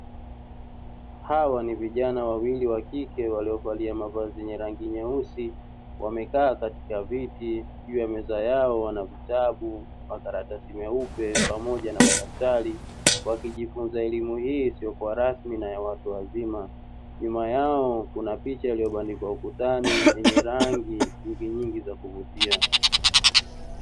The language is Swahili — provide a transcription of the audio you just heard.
Hawa ni vijana wawili wa kike waliovalia mavazi yenye rangi nyeusi, wamekaa katika viti juu ya meza yao wana: vitabu, makaratasi meupe pamoja na madaftari, wakijifunza elimu hii isiyokuwa rasmi na ya watu wazima. Nyuma yao kuna picha iliyobandikwa ukutani yenye rangi nyinginyingi za kuvutia.